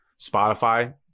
Spotify